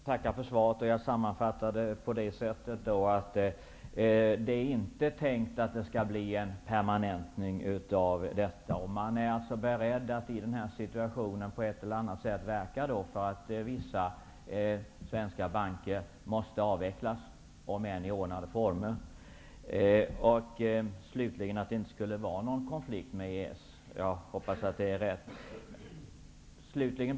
Herr talman! Jag tackar för svaret. Jag sammanfattar det på det sättet, att det inte är tänkt at det skall bli någon permanentning. Man är alltså beredd att i denna situation på ett eller annat sätt verka för att vissa svenska banker avvecklas, om än i ordnade former. Slutligen uppfattar jag det som att det inte skulle vara någon konflikt med EES avtalet. Jag hoppas att det är riktigt.